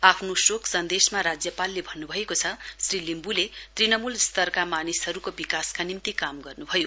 आफ्नो शोक सन्देशमा राज्यपालले भन्नु भएको छ श्री लिम्बुले तृणमूल स्तरका मानिसहरूको विकासका निम्ति काम गर्नुभयो